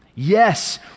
Yes